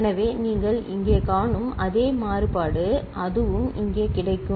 எனவே நீங்கள் இங்கே காணும் அதே மாறுபாடு அதுவும் இங்கே கிடைக்கும்